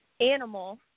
animal